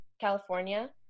California